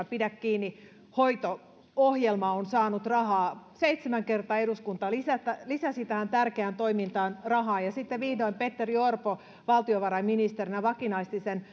pidä kiinni hoito ohjelma on saanut rahaa seitsemän kertaa eduskunta lisäsi tähän tärkeään toimintaan rahaa ja sitten vihdoin petteri orpo valtiovarainministerinä vakinaisti sen